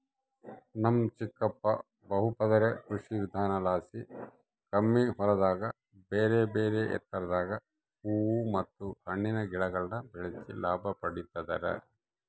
ನಮ್ ಚಿಕ್ಕಪ್ಪ ಬಹುಪದರ ಕೃಷಿವಿಧಾನಲಾಸಿ ಕಮ್ಮಿ ಹೊಲದಾಗ ಬೇರೆಬೇರೆ ಎತ್ತರದಾಗ ಹೂವು ಮತ್ತೆ ಹಣ್ಣಿನ ಗಿಡಗುಳ್ನ ಬೆಳೆಸಿ ಲಾಭ ಪಡಿತದರ